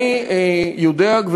אני מייד אגיע לשאלתך.